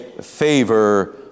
favor